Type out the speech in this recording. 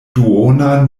duonan